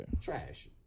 Trash